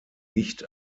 nicht